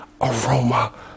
aroma